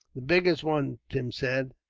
the biggest one, tim said,